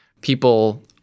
people